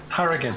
טרגין.